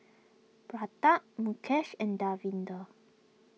Pratap Mukesh and Davinder